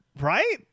right